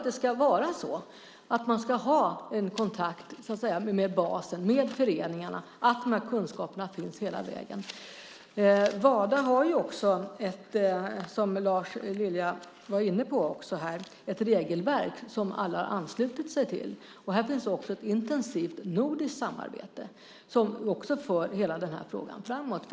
Det ska vara en kontakt med basen, med föreningarna, så att kunskapen finns hela vägen. Lars Lilja var inne på att Wada har ett regelverk som alla har anslutit sig till. Här finns ett intensivt nordiskt samarbete, som också för hela frågan framåt.